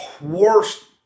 worst